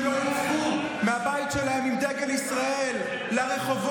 שאם הם לא יצאו מהבית שלהם עם דגל ישראל לרחובות,